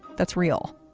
that's real.